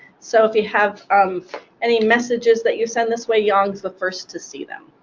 so if you have um any messages that you send this way, yong's the first to see them.